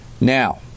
Now